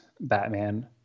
Batman